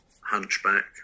hunchback